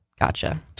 Gotcha